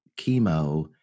chemo